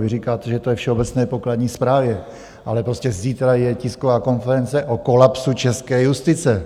Vy říkáte, že to je ve všeobecné pokladní správě, ale prostě zítra je tisková konference o kolapsu české justice!